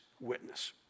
witness